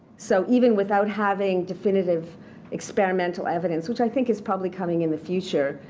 so even without having definitive experimental evidence, which i think is probably coming in the future,